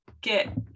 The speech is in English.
get